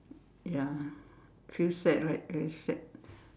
ya feel sad right very sad